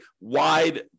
wide